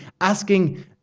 asking